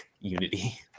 Unity